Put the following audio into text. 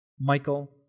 Michael